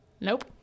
nope